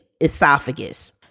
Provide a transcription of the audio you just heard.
esophagus